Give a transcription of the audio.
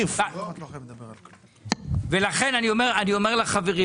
ולכן אני אומר לחברים,